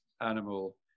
animal